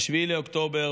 ב-7 באוקטובר,